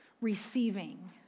receiving